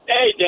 Hey